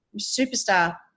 superstar